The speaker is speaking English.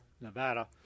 Nevada